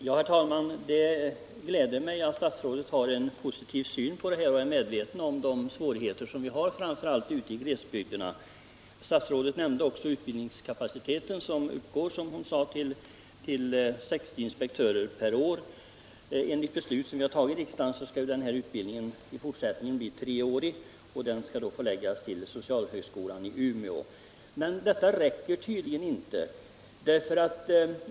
Herr talman! Det gläder mig att statsrådet har en positiv syn på denna fråga och är medveten om de svårigheter som vi har framför allt ute i glesbygderna. Statsrådet nämnde också utbildningskapaciteten, vilken uppgår till 60 inspektörer per år. Enligt beslut som vi har fattat här i riksdagen skall denna utbildning i fortsättningen vara treårig, och den skall förläggas till socialhögskolan i Umeå. Men detta räcker tydligen inte.